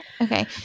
okay